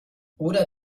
oder